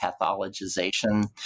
pathologization